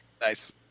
Nice